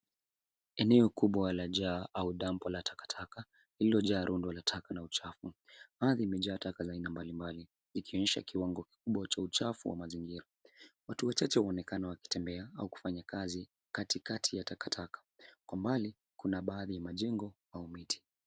Eneo kubwa la jaa au dampo la takataka lililo jaa rundo la taka na uchafu. Ardhi imejaa taka za aina mbalimbali ikionyesha kiwango kikubwa cha uchafu wa mazingira. Watu wachache wanaonekana wakitembea au kufanya kazi katikati ya takataka. Kwa mbali kuna baadhi ya majengo au miti.